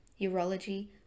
urology